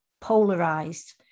polarized